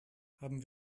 haben